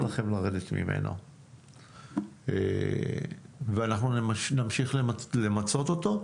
לכם לרדת ממנו ואנחנו נמשיך למצות אותו,